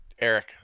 Eric